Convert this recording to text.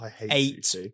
eight